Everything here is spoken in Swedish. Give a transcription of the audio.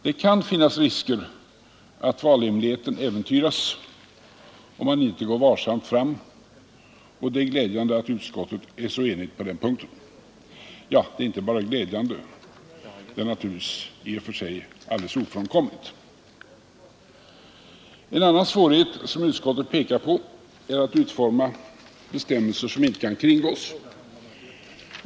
Det kan finnas risker för att valhemligheten äventyras om man inte går varsamt fram, och det är glädjande att utskottet är så enigt på den punkten. Det är inte bara glädjande utan naturligtvis i och för sig alldeles ofrånkomligt. En annan svårighet som utskottet pekar på är att utforma bestämmelser som inte kan kringgås.